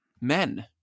men